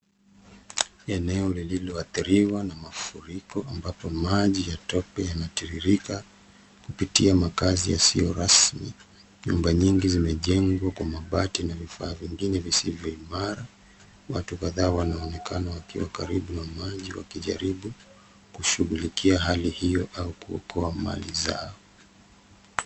eneo lililoathiriwa na mafuriko ambapo maji ya tope yanatiririka kupitia makazi yasiyo rasmi, nyumba nyingi zimejengwa kwa mabati na vifaa vingine visivyo imara watu kadhaa wanaonekana wakiwa karibu na maji wakijaribu kushughulikia hali hiyo au kuokoa mali zao.